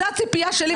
זאת הציפייה שלי.